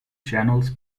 channels